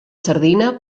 sardina